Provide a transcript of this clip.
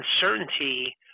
uncertainty